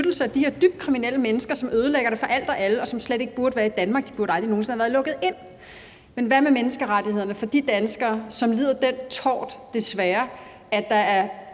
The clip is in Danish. af de her dybt kriminelle mennesker, som ødelægger det for alt og alle, og som slet ikke burde være i Danmark. De burde aldrig nogen sinde være lukket ind. Men hvad med menneskerettighederne for de danskere, som lider den tort, desværre, at der er